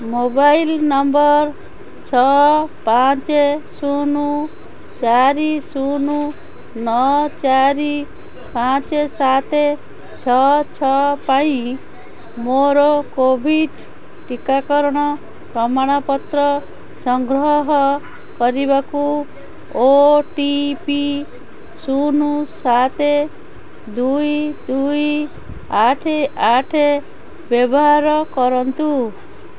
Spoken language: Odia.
ମୋବାଇଲ୍ ନମ୍ବର୍ ଛଅ ପାଞ୍ଚେ ଶୂନ ଚାରି ଶୂନ ନଅ ଚାରି ପାଞ୍ଚ ସାତ ଛଅ ଛଅ ପାଇଁ ମୋର କୋଭିଡ଼୍ ଟିକାକରଣ ପ୍ରମାଣପତ୍ର ସଂଗ୍ରହ କରିବାକୁ ଓ ଟି ପି ଶୂନ ସାତ ଦୁଇ ଦୁଇ ଆଠ ଆଠ ବ୍ୟବହାର କରନ୍ତୁ